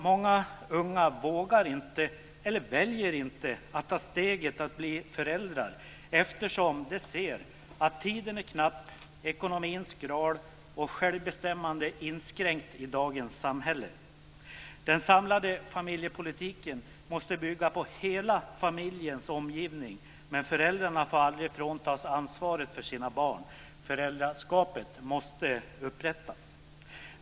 Många unga vågar inte eller väljer att inte ta steget att bli föräldrar, eftersom de ser att tiden är knapp, ekonomin skral och självbestämmandet inskränkt i dagens samhälle. Den samlade familjepolitiken måste bygga på hela familjens omgivning, men föräldrarna får aldrig fråntas ansvaret för sina barn. Föräldraskapet måste upprättas.